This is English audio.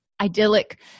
idyllic